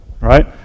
Right